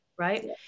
Right